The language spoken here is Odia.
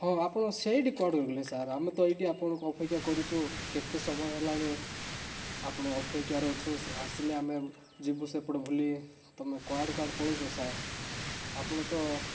ହଁ ଆପଣ ସେଇଠି କୁଆଡ଼େ ସାର୍ ଆମେ ତ ଏଇଠି ଆପଣଙ୍କୁ ଅପେକ୍ଷା କରୁଛୁ କେତେ ସମୟ ହେଲାଣି ଆପଣଙ୍କ ଅପେକ୍ଷାରେ ଅଛୁ ଆସିଲେ ଆମେ ଯିବୁ ସେପଟେ ବୁଲି ତୁମେ କୁଆଡ଼ୁ କୁଆଡ଼ୁ ପଳଉଛ ସାର୍ ଆପଣ ତ